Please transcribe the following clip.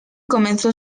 comenzó